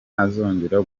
ntazongera